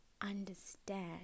understand